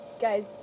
guys